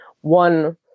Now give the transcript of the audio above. one